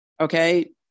Okay